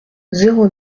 zéro